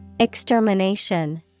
Extermination